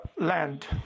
land